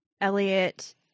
Elliot